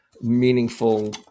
meaningful